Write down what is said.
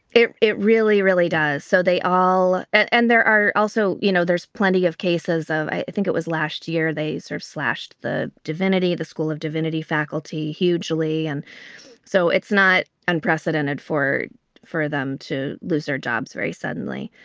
it it really, really does. so they all and there are also you know, there's plenty of cases of i think it was last year they sort of slashed the divinity, the school of divinity faculty hugely. and so it's not unprecedented for for them to lose their jobs very suddenly.